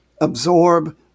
absorb